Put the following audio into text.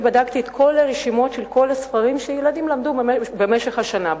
בדקתי את כל הרשימות של כל הספרים שהילדים למדו במשך השנה,